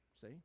See